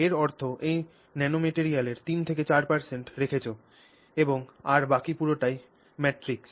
এর অর্থ এই ন্যানোম্যাটেরিয়ালের 3 4 রেখেছ এবং আর বাকি পুরোটাই ম্যাট্রিক্স